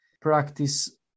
practice